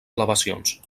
elevacions